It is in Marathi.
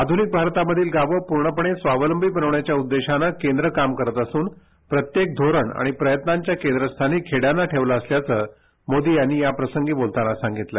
आध्रनिक भारतामधील गावं पूर्णपणे स्वावलंबी बनविण्याच्या उद्देशानं केंद्र काम करत असून प्रत्येक धोरण आणि प्रयत्नांच्या केंद्रस्थानी खेड़यांना ठेवलं असल्याचं मोदी यांनी याप्रसंगी बोलताना सांगितलं